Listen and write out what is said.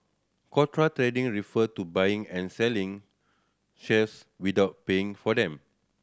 contra trading refer to buying and selling shares without paying for them